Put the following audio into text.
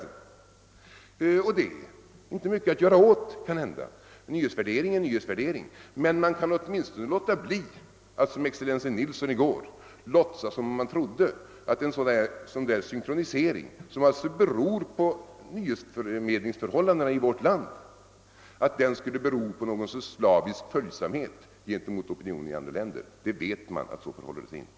Det kanhända inte är mycket att göra åt saken eftersom en nyhetsvärdering är en nyhetsvärdering, men man kan åtminstone låta bli att, som excellensen Nilsson gjorde i går, låtsas tro att en synkronisering som alltså orsakats av nyhetsförmedlingsförhållandena i vårt land skulle bero på någon slavisk följsamhet gentemot opinionen i andra länder. Man vet ju att det inte förhåller sig så.